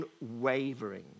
unwavering